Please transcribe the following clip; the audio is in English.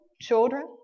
children